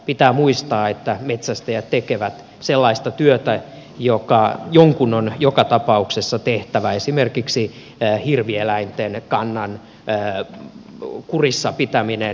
pitää muistaa että metsästäjät tekevät sellaista työtä joka jonkun on joka tapauksessa tehtävä esimerkiksi hirvieläinten kannan kurissa pitäminen